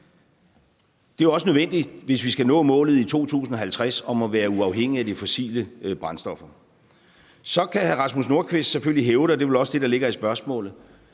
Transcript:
Det er jo også nødvendigt, hvis vi skal nå målet i 2050 om at være uafhængige af de fossile brændstoffer. Så kan hr. Rasmus Nordqvist selvfølgelig hævde, og det er vel også det, der ligger i spørgsmålet,